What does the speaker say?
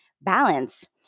balance